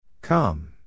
Come